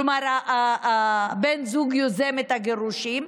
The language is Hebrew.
כלומר בן הזוג יוזם את הגירושין,